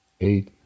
eight